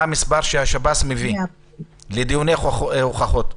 מה המספר שהשב"ס מביא לדיוני הוכחות?